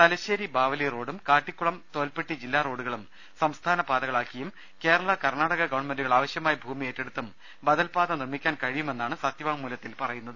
തലശേരി ബാവലി റോഡും കാട്ടി ക്കുളം തോൽപ്പെട്ടി ജില്ലാ റോഡുകളും സംസ്ഥാന പാതകളാ ക്കിയും കേരള കർണ്ണാടക ഗവൺമെന്റുകൾ ആവശ്യമായ ഭൂമി ഏറ്റെടുത്തും ബദൽപാത നിർമ്മിക്കാൻ കഴിയുമെന്നാണ് സത്യ വാങ്മൂലത്തിൽ പറയുന്നത്